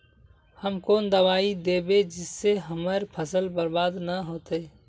हम कौन दबाइ दैबे जिससे हमर फसल बर्बाद न होते?